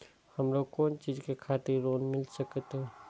हमरो कोन चीज के खातिर लोन मिल संकेत?